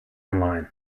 online